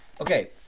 okay